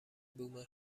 بوم